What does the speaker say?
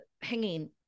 hanging